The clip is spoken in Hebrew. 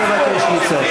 אל המגרש הפוליטי.